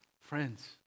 Friends